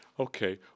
Okay